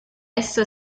essa